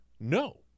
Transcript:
No